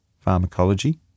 Pharmacology